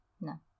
No